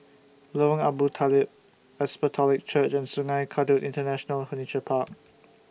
Lorong Abu Talib Apostolic Church and Sungei Kadut International Furniture Park